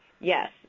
Yes